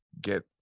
get